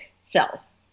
cells